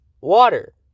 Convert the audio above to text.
water